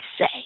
say